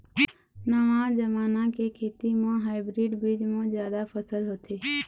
नवा जमाना के खेती म हाइब्रिड बीज म जादा फसल होथे